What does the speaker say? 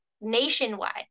nationwide